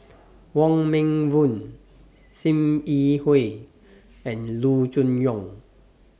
Wong Meng Voon SIM Yi Hui and Loo Choon Yong